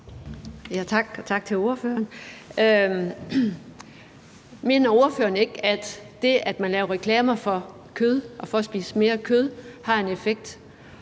tak til ordføreren. Mener ordføreren ikke, at det, at man laver reklamer for kød og for at spise mere kød, har en effekt?